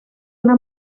una